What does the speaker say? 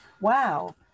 Wow